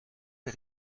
est